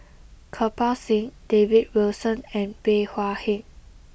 Kirpal Singh David Wilson and Bey Hua Heng